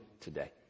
today